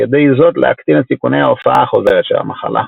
ידי זאת להקטין את סיכוני ההופעה החוזרת של המחלה.